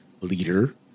leader